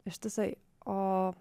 ištisai o